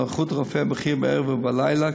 נוכחות רופא בכיר בערב ובלילה,